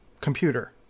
computer